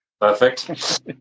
Perfect